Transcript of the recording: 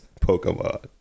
Pokemon